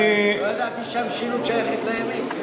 לא ידעתי שהמשילות שייכת לימין.